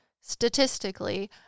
statistically